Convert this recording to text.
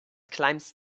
climbs